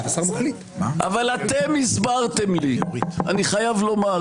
אבל אתם הסברתם לי אני חייב לומר,